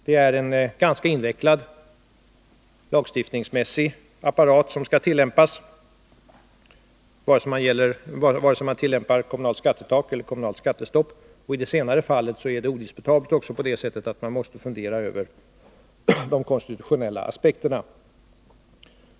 Det är en ganska invecklad lagstiftningsapparat som skall användas, vare sig man tillämpar kommunalt skattetak eller kommunalt skattestopp — och i det senare fallet är det odiskutabelt att man också funderar över de konstitutionella aspekterna.